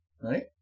right